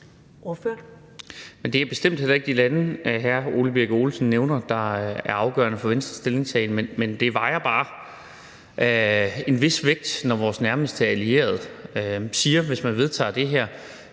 Det er bestemt heller ikke de lande, hr. Ole Birk Olesen nævner, der er afgørende for Venstres stillingtagen, men det vejer bare og har en vis vægt, når vores nærmeste allierede siger: Hvis man vedtager det her,